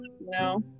No